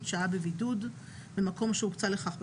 שהה בבידוד במקום שהוקצה לכך בפנימייה,